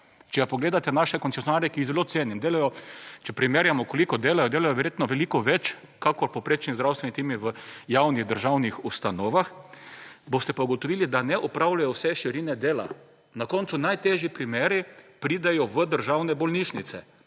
če pa pogledate naše koncesionarje, ki jih zelo cenim, delajo, če primerjamo, koliko delajo, delajo verjetno veliko več, kakor povprečni zdravstveni timi v javnih državnih ustanovah, boste pa ugotovili, da ne opravljajo vse širine dela. Na koncu najtežji primeri pridejo v države bolnišnice